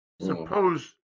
Suppose